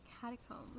catacombs